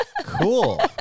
Cool